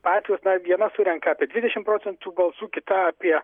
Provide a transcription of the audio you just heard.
partijos na viena surenka apie dvidešim procentų balsų kita apie